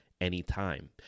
anytime